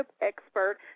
expert